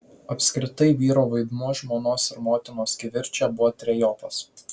apskritai vyro vaidmuo žmonos ir motinos kivirče buvo trejopas